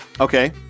Okay